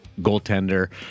goaltender